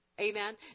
Amen